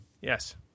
Yes